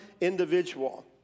individual